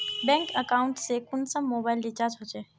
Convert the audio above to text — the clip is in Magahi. बैंक अकाउंट से कुंसम मोबाईल रिचार्ज होचे?